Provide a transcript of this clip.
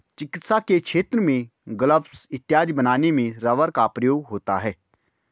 चिकित्सा के क्षेत्र में ग्लब्स इत्यादि बनाने में रबर का प्रयोग होता है